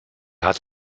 hat